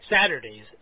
Saturdays